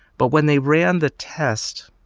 but when they ran the test.